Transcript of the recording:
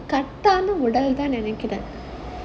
கட்டான உடல்தானு நெனைக்கிறேன்:kattaana udalthaanu nenaikkiraen